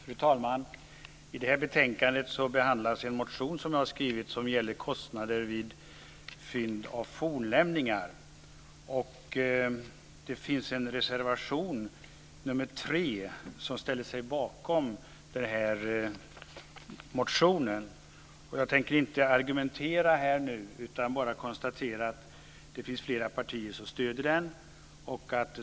Fru talman! I betänkandet behandlas en motion som jag har skrivit och som gäller kostnader vid fynd av fornlämningar. Reservanterna beträffande reservation 3 ställer sig bakom motionen. Jag tänker inte nu argumentera här, utan jag konstaterar bara att flera partier ger sitt stöd.